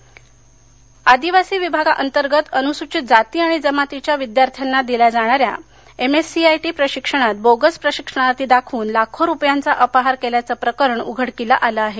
गडचिरोली आदिवासी विकास विभागांतर्गत अनुसूचित जाती आणि जमातीच्या विद्यार्थ्यांना दिल्या जाणाऱ्या M S C I T प्रशिक्षणात बोगस प्रशिक्षणार्थी दाखवून लाखो रुपयांचा अपहार केल्याचं प्रकरण उघडकीला आलं आहे